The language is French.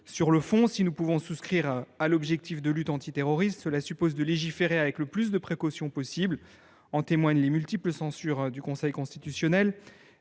Sur le fond, ensuite, si nous pouvons souscrire à l’objectif de lutte contre le terrorisme, cela suppose de légiférer avec le plus de précautions possible, comme nous y invitent les multiples censures du Conseil constitutionnel.